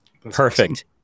Perfect